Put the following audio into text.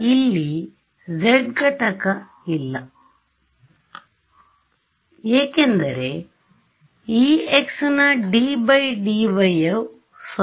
ಇಲ್ಲಿ Z ಘಟಕ ಇಲ್ಲ ಏಕೆಂದರೆ Ex ನ d dyಯು 0